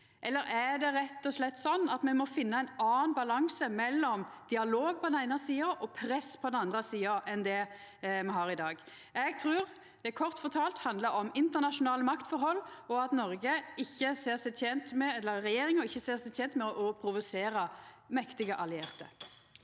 Eller er det rett og slett sånn at me må finna ein annan balanse mellom dialog på den eine sida og press på den andre sida enn det me har i dag? Eg trur det kort fortalt handlar om internasjonale maktforhold og at Noreg ikkje ser seg tent med, eller at regjeringa